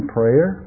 prayer